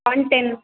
one ten